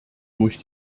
durch